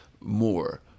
more